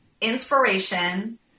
inspiration